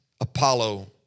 Apollo